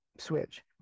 switch